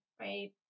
Right